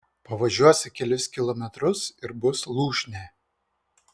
pavažiuosi kelis kilometrus ir bus lūšnė